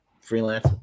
Freelance